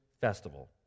festival